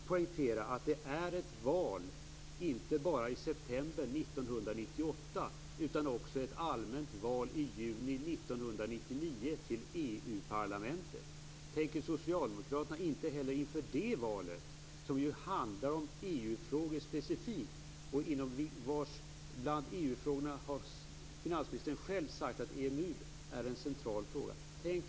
Fru talman! Det är en efterhandskonstruktion att säga att Socialdemokraternas beslut att inte arbeta för att Sverige skall söka medlemskap i EMU från start delvis berodde på den folkliga opinionen. Enligt statsministerns eget uttalande vid den tidpunkt då han bedömde EMU ansågs det vara ett skakigt projekt. Nu försöker finansministern föra undan denna grund. Låt mig också poängtera att det är val inte bara i september 1998. Det är ju också ett allmänt val i juni 1999, då till EU-parlamentet.